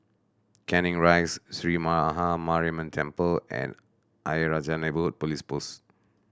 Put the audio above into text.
Canning Rise Sree Maha Mariamman Temple and Ayer Rajah Neighbourhood Police Post